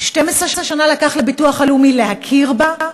12 שנה לקח לביטוח הלאומי להכיר בה,